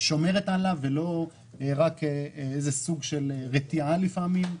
שומרת עליו ולא רק איזה סוג של רתיעה לפעמים,